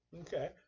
Okay